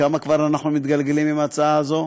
כמה כבר אנחנו מתגלגלים עם ההצעה הזאת?